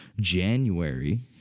January